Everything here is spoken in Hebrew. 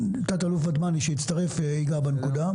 תת-אלוף ודמני שהצטרף ייגע בנקודה.